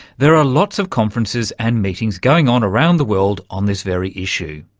there are lots of conferences and meetings going on around the world on this very issue.